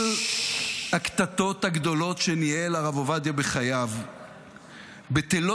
כל הקטטות הגדולות שניהל הרב עובדיה בחייו בטלות